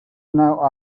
now